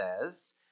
says